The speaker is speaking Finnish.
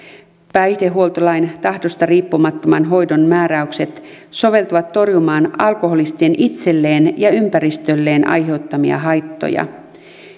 päihdehuoltolain tahdosta riippumattoman hoidon määräykset soveltuvat torjumaan alkoholistien itselleen ja ympäristölleen aiheuttamia haittoja